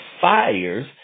fires